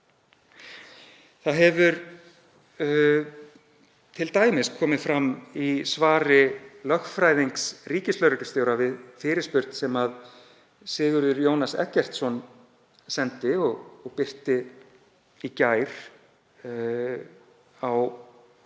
Það hefur t.d. komið fram í svari lögfræðings ríkislögreglustjóra við fyrirspurn sem Sigurður Jónas Eggertsson sendi og birti í gær á